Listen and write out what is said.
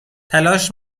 تلاش